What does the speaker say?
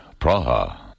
Praha